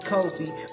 Kobe